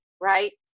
right